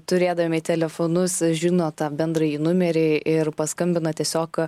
turėdami telefonus žino tą bendrąjį numerį ir paskambina tiesiog